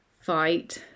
fight